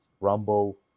rumble